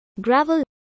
gravel